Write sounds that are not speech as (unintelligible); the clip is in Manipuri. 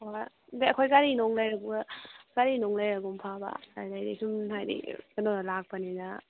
ꯍꯣꯏ ꯑꯗꯨꯗꯩ ꯑꯩꯈꯣꯏ ꯒꯥꯔꯤꯅꯨꯡ (unintelligible) ꯒꯥꯔꯤꯅꯨꯡ ꯂꯩꯔꯒꯨꯝ ꯐꯕ ꯑꯗꯨꯗꯒꯤ ꯁꯨꯝ ꯍꯥꯏꯕꯗꯤ ꯀꯩꯅꯣ ꯂꯥꯛꯄꯅꯤꯅ